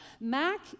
Mac